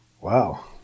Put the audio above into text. Wow